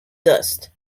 dust